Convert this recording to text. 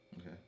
Okay